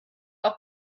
auch